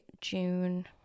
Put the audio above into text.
June